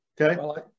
Okay